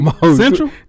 Central